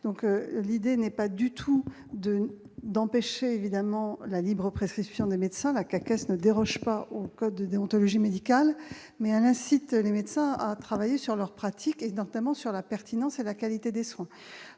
donc l'idée n'est pas du tout de d'empêcher évidemment la libre prescriptions des médecins, la caisse ne déroge pas au code de déontologie médicale mais elle incite les médecins à travailler sur leurs pratiques et notamment sur la pertinence et la qualité des soins,